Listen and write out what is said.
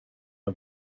och